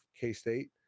K-State